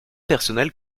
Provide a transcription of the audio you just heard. personnel